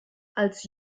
als